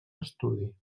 estudi